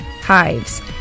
hives